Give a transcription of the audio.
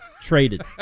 traded